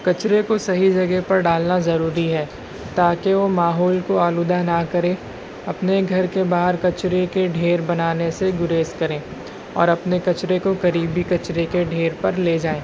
کچرے کو صحیح جگہ پر ڈالنا ضروری ہے تاکہ وہ ماحول کو آلودہ نہ کرے اپنے گھر کے باہر کچرے کے ڈھیر بنانے سے گریز کریں اور اپنے کچرے کو قریبی کچرے کے ڈھیر پر لے جائیں